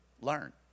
learn